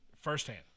firsthand